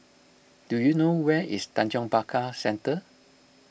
do you know where is Tanjong Pagar Centre